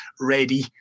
ready